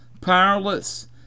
powerless